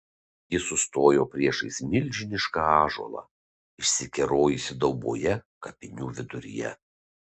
ji sustojo priešais milžinišką ąžuolą išsikerojusį dauboje kapinių viduryje